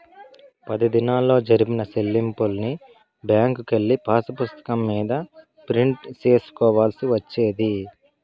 పది దినాల్లో జరిపిన సెల్లింపుల్ని బ్యాంకుకెళ్ళి పాసుపుస్తకం మీద ప్రింట్ సేసుకోవాల్సి వచ్చేది